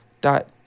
dot